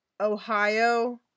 Ohio